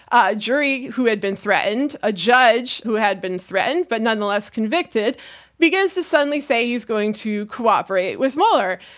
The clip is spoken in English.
a jury who had been threatened, a judge who had been threatened but nonetheless convicted because to suddenly say he's going to cooperate with mueller.